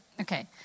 Okay